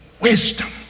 Wisdom